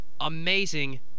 amazing